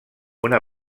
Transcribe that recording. una